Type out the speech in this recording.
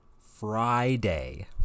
Friday